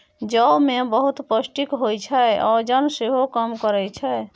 जौ मे बहुत पौष्टिक होइ छै, ओजन सेहो कम करय छै